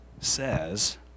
says